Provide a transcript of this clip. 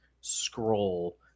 scroll